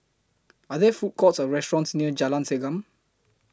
Are There Food Courts Or restaurants near Jalan Segam